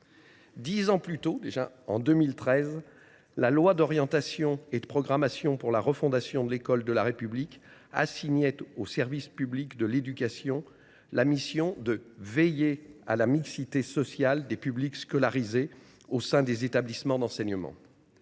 Dix ans plus tôt, en 2013, la loi d’orientation et de programmation pour la refondation de l’école de la République assignait au service public de l’éducation la mission de veiller à « la mixité sociale des publics scolarisés au sein des établissements d’enseignement.